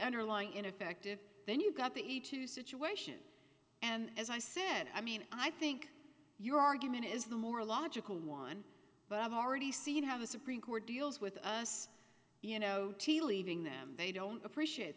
underlying ineffective then you got to each two situations and as i sent i mean i think your argument is the more logical one but i've already seen how the supreme court deals with us you know t leaving them they don't appreciate